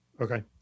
Okay